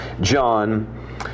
John